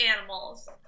animals